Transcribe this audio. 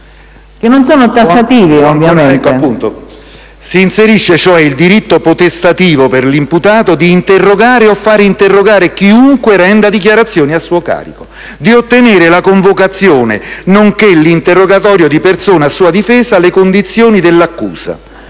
*(UDC-SVP-AUT:UV-MAIE-VN-MRE-PLI)*. Si inserisce il diritto potestativo per l'imputato di interrogare o far interrogare chiunque renda dichiarazioni a suo carico, di ottenere la convocazione nonché l'interrogatorio di persone a sua difesa alle condizioni dell'accusa